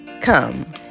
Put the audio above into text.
Come